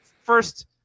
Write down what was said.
First